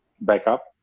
backup